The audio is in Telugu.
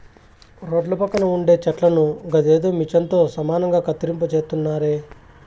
రోడ్ల పక్కన ఉండే చెట్లను గదేదో మిచన్ తో సమానంగా కత్తిరింపు చేస్తున్నారే